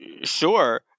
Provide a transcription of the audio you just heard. sure